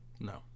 No